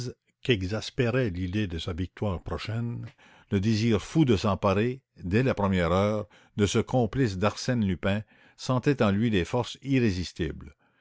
qu'exaspérait l'idée de sa victoire prochaine le désir fou de s'emparer dès la première heure de ce complice d'arsène lupin sentait en lui des forces irrésistibles